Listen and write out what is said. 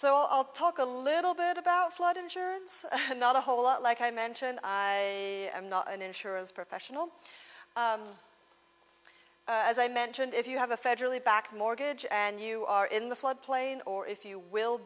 so i'll talk a little bit about flood insurance not a whole lot like i mentioned i'm not an insurance professional as i mentioned if you have a federally backed mortgage and you are in the flood plain or if you will